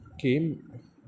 came